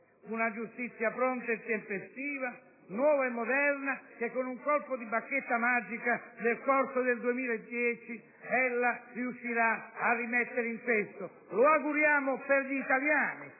una giustizia pronta e tempestiva, nuova e moderna che, con un colpo di bacchetta magica, nel corso del 2010 ella riuscirà a rimettere in sesto. Ce lo auguriamo per gli italiani!